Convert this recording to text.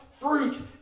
fruit